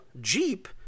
jeep